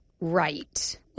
right